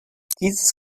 dieses